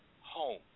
home